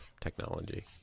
technology